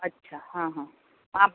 अच्छा हां हां आप्